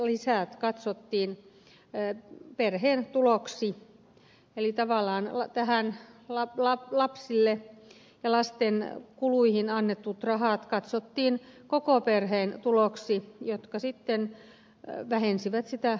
lapsilisät katsottiin perheen tuloksi eli tavallaan lapsille ja lasten kuluihin annetut rahat katsottiin koko perheen tuloiksi jotka sitten vähensivät toi meentulotukea